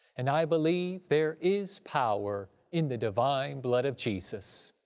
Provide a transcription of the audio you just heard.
and i believe there is power in the divine blood of jesus,